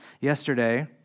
Yesterday